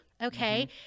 okay